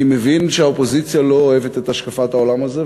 אני מבין שהאופוזיציה לא אוהבת את השקפת העולם הזאת,